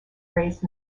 raised